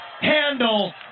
handle